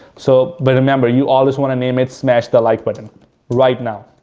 so, but remember, you all just want to name it smash the like button right now.